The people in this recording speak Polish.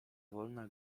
wolna